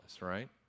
right